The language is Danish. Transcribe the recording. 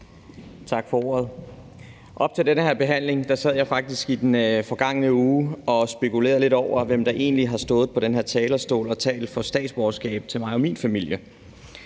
Rona (M): Op til den her behandling sad jeg faktisk i den forgangne uge og spekulerede lidt over, hvem der egentlig har stået på den her talerstol og talt for statsborgerskab til mig og min familie.